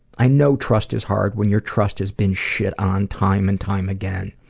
i know trust is hard when your trust has been shit on time and time again.